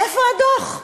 איפה הדוח?